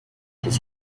his